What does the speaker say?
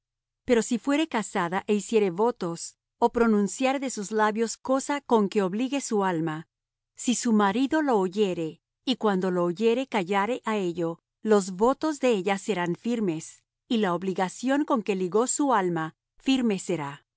empero si fuére casada é hiciere votos o pronunciare de sus labios cosa con que obligue su alma si su marido lo oyere y cuando lo oyere callare á ello los votos de ella serán firmes y la obligación con que ligó su alma firme será